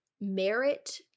merit